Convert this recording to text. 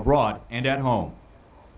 abroad and at home